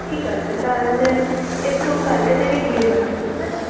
ঠিক আছে তাহলে একটু কালকে থেকে দিয়ে যাবেন ঠিক আছে